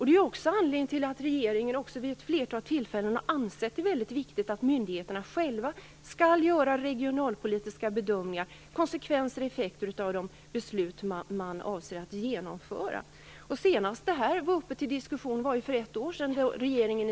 Det är anledningen till att också regeringen vid ett flertal tillfällen ansett det vara väldigt viktigt att myndigheterna själva gör regionalpolitiska bedömningar när det gäller konsekvenser/effekter av de beslut som avses bli genomförda. Senast för ett år sedan var detta uppe till diskussion.